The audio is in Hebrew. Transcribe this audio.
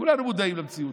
כולנו מודעים למציאות,